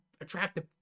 attractive